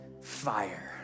fire